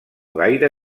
gaire